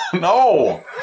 No